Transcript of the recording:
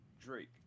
Drake